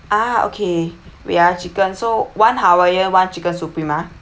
ah okay wait ah chicken so one hawaiian one chicken supreme ah